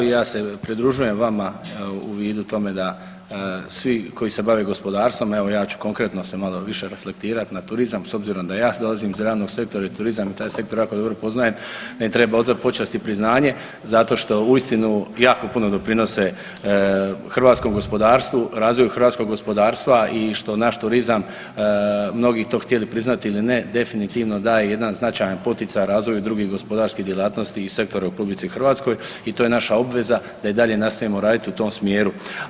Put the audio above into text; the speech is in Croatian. I ja se pridružujem vama u vidu tome da svi koji se bave gospodarstvom, evo ja ću konkretno se malo više reflektirat na turizam s obzirom da ja dolazim iz realnog sektora i turizma i taj sektor jako dobro poznajem da im treba odati počast i priznanje zato što uistinu jako puno doprinose hrvatskom gospodarstvu, razvoju hrvatskog gospodarstva i što naš turizam mnogi to htjeli priznati ili ne, definitivno daje jedan značajan poticaj razvoju drugih gospodarskih djelatnosti i sektor u RH i to je naša obveza da i dalje nastavimo raditi u tom smjeru.